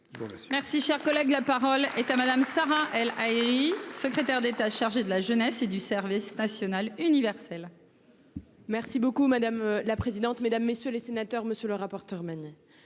Merci, cher collègue, la parole est à madame Sarah El Haïry, secrétaire d'État chargée de la jeunesse et du service national universel.-- Merci beaucoup madame la présidente, mesdames, messieurs les sénateurs, monsieur le rapporteur, Mani